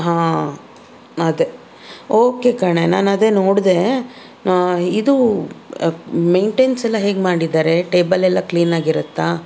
ಹಾಂ ಅದೇ ಓಕೆ ಕಣೆ ನಾನು ಅದೇ ನೋಡಿದೆ ಇದು ಮೈಂಟೇನ್ಸ್ ಎಲ್ಲ ಹೇಗೆ ಮಾಡಿದ್ದಾರೆ ಟೇಬಲ್ ಎಲ್ಲ ಕ್ಲೀನಾಗಿರತ್ತಾ